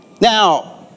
Now